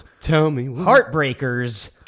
Heartbreakers